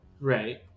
Right